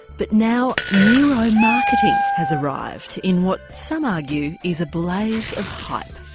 but now neuromarketing has arrived in what some argue is a blaze of hype.